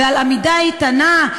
ועל עמידה איתנה,